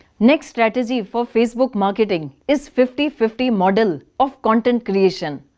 next startegy for facebook marketing is fifty fifty model of content creation.